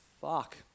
fuck